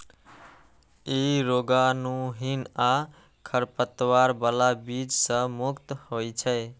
ई रोगाणुहीन आ खरपतवार बला बीज सं मुक्त होइ छै